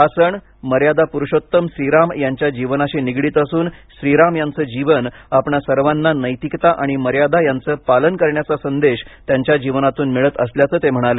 हा सण मर्यादा प्रुषोत्तम श्रीराम यांच्या जीवनाशी निगडीत असून श्रीराम यांचं जीवन आपणा सर्वांना नैतिकता आणि मर्यादा यांचं पालन करण्याचा संदेश त्यांच्या जीवनातून मिळत असल्याचं ते म्हणाले